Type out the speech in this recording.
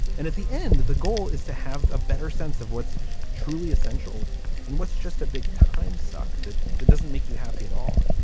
and at the end the goal is to have a better sense of what's truly essential and what's just a big time suck that doesn't make you happy at all.